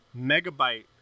megabyte